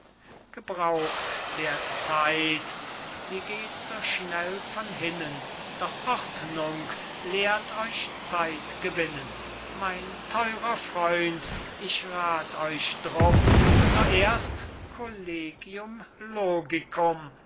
gebraucht der zeit sie geht so schnell von hinnen doch ordnung lehrt euch zeit gewinnen mein theurer freund ich rath euch drum zuerst